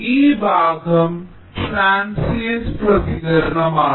ഈ ഭാഗം ട്രാൻസിയെന്റ പ്രതികരണമാണ്